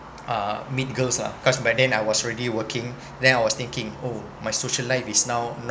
uh meet girls lah cause back then I was already working then I was thinking oh my social life is now